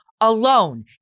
alone